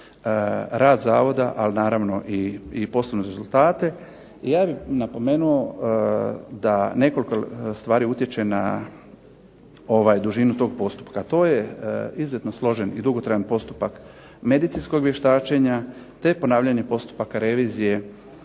rad Zavoda, ali naravno i poslovne rezultate. I ja bih napomenuo da nekoliko stvari utječe na dužinu tog postupka, a to je izuzetno složen i dugotrajan postupak medicinskog vještačenja, te ponavljanja postupaka revizije